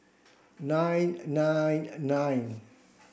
nine and nine and nine